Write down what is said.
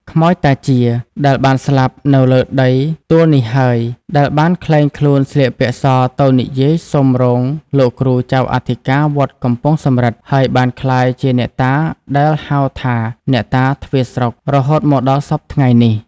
ខ្មោចតាជា ដែលបានស្លាប់នៅលើដីទួលនេះហើយ ដែលបានក្លែងខ្លួនស្លៀកពាក់សទៅនិយាយសុំរោងលោកគ្រូចៅអធិការវត្តកំពង់សំរឹទ្ធ ហើយបានក្លាយជាអ្នកតាដែលហៅថា "អ្នកតាទ្វារស្រុក" រហូតមកដល់សព្វថ្ងៃនេះ ។